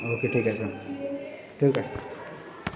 okay ठीक आहे sir ठेवू काय